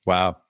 Wow